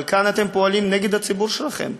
אבל כאן אתם פועלים נגד הציבור שלכם,